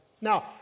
Now